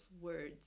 words